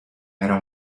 era